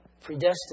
predestined